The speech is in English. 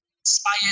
inspired